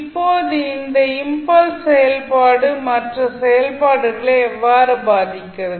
இப்போது இந்த இம்பல்ஸ் செயல்பாடு மற்ற செயல்பாடுகளை எவ்வாறு பாதிக்கிறது